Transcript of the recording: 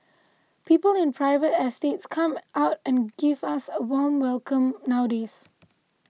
people in private estates actually come out and give us a warm welcome nowadays